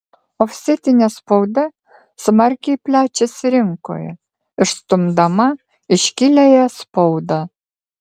ofsetinė spauda smarkiai plečiasi rinkoje išstumdama iškiliąją spaudą